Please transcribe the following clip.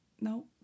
No